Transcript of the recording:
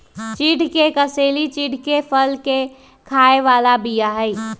चिढ़ के कसेली चिढ़के फल के खाय बला बीया हई